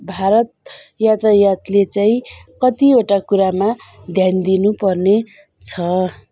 भारत यातायातले न कतिवटा कुरामा ध्यान दिनुपर्नेछ